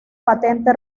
patente